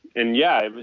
and yeah, but